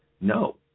no